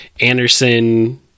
Anderson